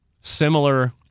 similar